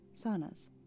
sanas